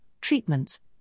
treatments